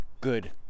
good